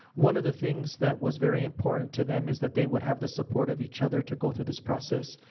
one of the things that was very important to them is that they would have the support of each other to go through this process.